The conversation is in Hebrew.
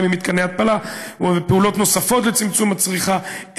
ממתקני התפלה ובפעולות נוספות לצמצום הצריכה,